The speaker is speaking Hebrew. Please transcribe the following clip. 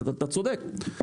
אתה צודק.